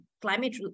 Climate